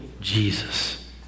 Jesus